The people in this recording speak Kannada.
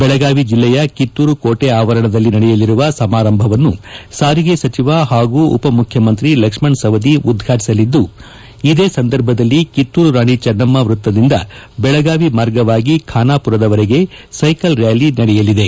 ಬೆಳಗಾವಿ ಜಿಲ್ಲೆಯ ಕಿತ್ತೂರು ಕೋಟಿ ಆವರಣದಲ್ಲಿ ನಡೆಯಲಿರುವ ಸಮಾರಂಭವನ್ನು ಸಾರಿಗೆ ಸಚಿವ ಹಾಗೂ ಉಪಮುಖ್ಯಮಂತ್ರಿ ಲಕ್ಷ್ಮಣ ಸವದಿ ಉದ್ಘಾಟಿಸಲಿದ್ದು ಇದೇ ಸಂದರ್ಭದಲ್ಲಿ ಕಿತ್ತೂರು ರಾಣಿಚೆನ್ನಮ್ಮ ವೃತ್ತದಿಂದ ಬೆಳಗಾವಿ ಮಾರ್ಗವಾಗಿ ಖಾನಾಪುರವರೆಗೆ ಸೈಕಲ್ ರ್ಯಾಲಿ ನಡೆಯಲಿದೆ